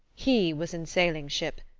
he was in sailing ship,